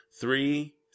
three